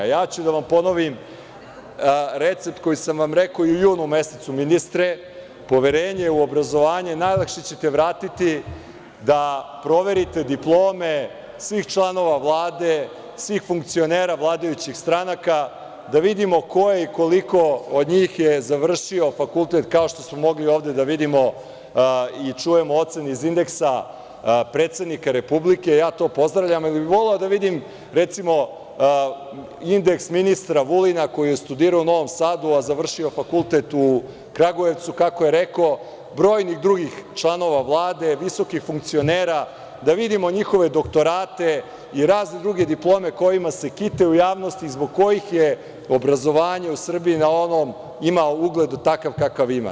Ponoviću vam recept koji sam vam rekao i u junu mesecu ministre, poverenje i obrazovanje najlakše ćete vratiti da proverite diplome svih članova Vlade, svih funkcionera vladajućih stranaka, da vidimo ko je i koliko od njih završilo fakultet, kao što smo mogli ovde da vidimo i čujemo ocene iz indeksa predsednika Republike, ja to pozdravljam, ali bih voleo da vidim recimo indeks ministra Vulina koji je studirao u Novom Sadu, a završio fakultet u Kragujevcu, kako je rekao, brojnih drugih članova Vlade, visokih funkcionera, da vidimo njihove doktorate i razne druge diplome kojima se kite u javnosti, zbog kojih obrazovanje u Srbiji ima ugleda takav kakav ima.